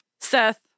Seth